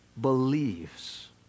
believes